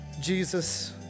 Jesus